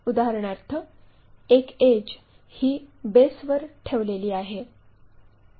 उदाहरणार्थ एक एड्ज ही बेसवर ठेवलेली आहे